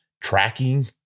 tracking